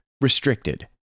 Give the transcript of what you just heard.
restricted